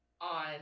on